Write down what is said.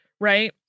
Right